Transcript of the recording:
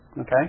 Okay